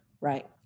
right